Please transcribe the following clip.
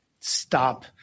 stop